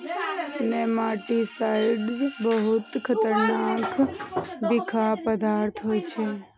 nematicides बहुत खतरनाक बिखाह पदार्थ होइ छै